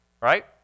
right